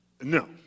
No